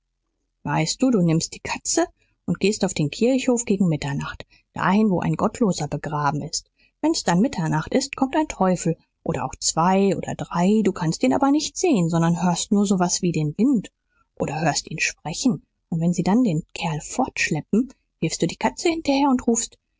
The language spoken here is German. weißt du du nimmst die katze und gehst auf den kirchhof gegen mitternacht dahin wo ein gottloser begraben ist wenn's dann mitternacht ist kommt ein teufel oder auch zwei oder drei du kannst ihn aber nicht sehen sondern hörst nur so was wie den wind oder hörst ihn sprechen und wenn sie dann den kerl fortschleppen wirfst du die katze hinterher und rufst